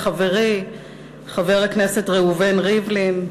חברי חבר הכנסת ראובן ריבלין,